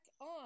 on